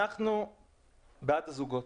אתחיל בזה, אנחנו בעד הזוגות,